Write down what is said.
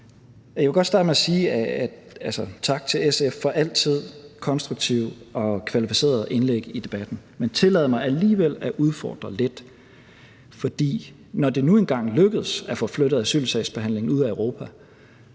jeg vil godt starte med at sige: Tak til SF for de altid konstruktive og kvalificerede indlæg i debatten. Men tillad mig alligevel at udfordre lidt. For når det nu engang lykkes at få flyttet asylsagsbehandlingen ud af Europa,